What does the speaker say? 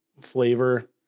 flavor